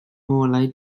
ngolau